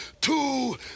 two